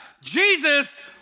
Jesus